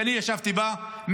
שאני ישבתי בה,